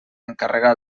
encarregar